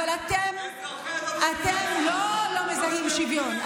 אבל אתם לא לא מזהים שוויון,